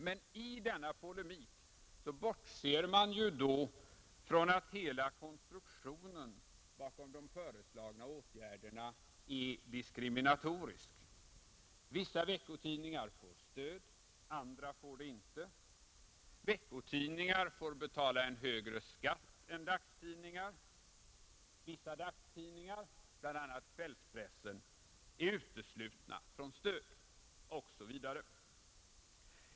Men i denna polemik bortser man från att hela konstruktionen bakom de föreslagna åtgärderna ju är diskriminatorisk: vissa veckotidningar får stöd — andra får det inte, veckotidningar får betala en högre skatt än dagstidningar, vissa dagstidningar — bl.a. kvällspressen — är uteslutna från stöd osv.